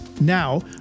Now